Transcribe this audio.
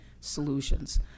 solutions